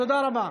תודה רבה.